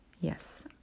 yes